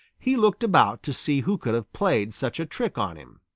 he looked about to see who could have played such a trick on him.